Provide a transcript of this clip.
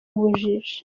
ubujiji